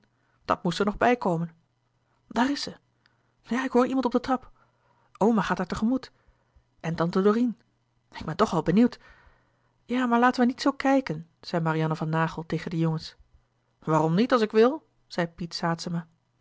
dat moest er nog bijkomen daar is ze ja ik hoor iemand op de trap oma gaat haar tegemoet en tante dorine louis couperus de boeken der kleine zielen ik ben toch wel benieuwd ja maar laten we niet zoo kijken zei marianne van naghel tegen de jongens waarom niet als ik wil zei